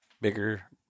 bigger